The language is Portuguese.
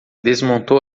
desmontou